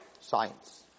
science